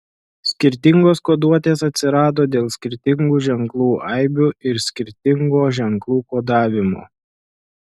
skirtingos koduotės atsirado dėl skirtingų ženklų aibių ir skirtingo ženklų kodavimo